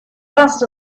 fast